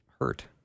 hurt